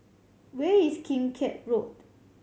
where is Kim Keat Road